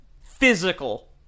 physical